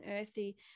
earthy